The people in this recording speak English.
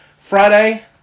Friday